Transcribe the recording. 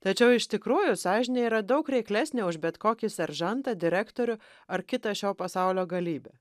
tačiau iš tikrųjų sąžinė yra daug reiklesnė už bet kokį seržantą direktorių ar kitą šio pasaulio galybę